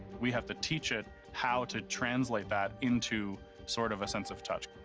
we have to teach it how to translate that into sort of a sense of touch.